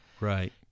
Right